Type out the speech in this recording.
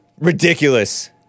ridiculous